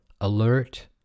alert